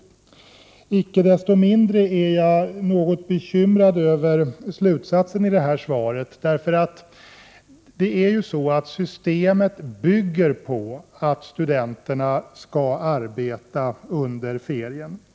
Icke desto mindre är jag något bekymrad över den slutsats statsrådet drar i svaret. Studiemedelssystemet bygger på att studenterna skall arbeta under ferierna.